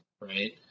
right